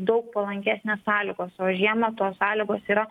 daug palankesnės sąlygos o žiemą tos sąlygos yra